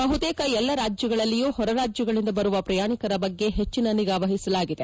ಬಹುತೇಕ ಎಲ್ಲ ರಾಜ್ಯಗಳಲ್ಲಿಯೂ ಹೊರ ರಾಜ್ಯಗಳಿಂದ ಬರುವ ಪ್ರಯಾಣಿಕರ ಬಗ್ಗೆ ಹೆಚ್ಚಿನ ನಿಗಾ ವಹಿಸಲಾಗಿದೆ